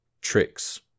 tricks